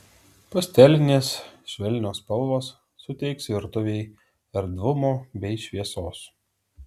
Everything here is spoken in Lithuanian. pastelinės švelnios spalvos suteiks virtuvei erdvumo bei šviesos